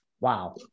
Wow